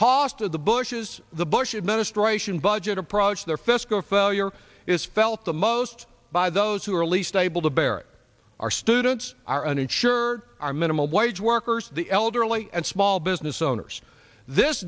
cost of the bush's the bush administration budget of their fiscal failure is felt the most by those who are least able to bear our students are uninsured are minimum wage workers the elderly and small business owners this